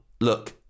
look